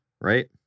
right